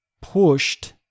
pushed